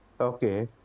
Okay